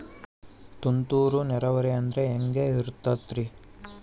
ತುಂತುರು ನೇರಾವರಿ ಅಂದ್ರೆ ಹೆಂಗೆ ಇರುತ್ತರಿ?